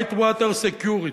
Whitewater Security.